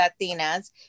Latinas